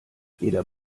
jeder